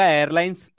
airlines